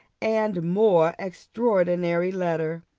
and more extraordinary letter.